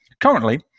Currently